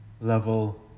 level